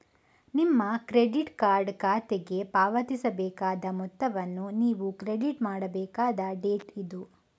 ನಿಮ್ಮ credit card ಖಾತೆಗೆ ಪಾವತಿಸಬೇಕಾದ ಮೊತ್ತವನ್ನು ನೀವು ಕ್ರೆಡಿಟ್ ಮಾಡಬೇಕಾದ ಡೇಟ್ ಇದು